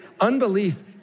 unbelief